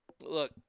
Look